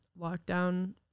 lockdown